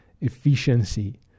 efficiency